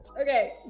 Okay